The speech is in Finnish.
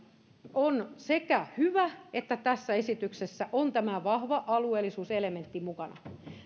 on hyvä että tässä esityksessä on tämä vahva alueellisuuselementti mukana